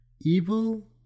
Evil